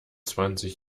zwanzig